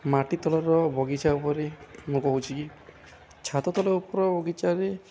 ମାଟି ତଳର ବଗିଚା ଉପରେ ମୁଁ କହୁଛି ଛାତ ତଳ ଉପର ବଗିଚାରେ